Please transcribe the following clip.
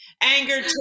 anger